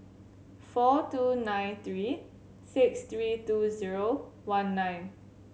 four two nine three six three two zero one nine